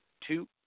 two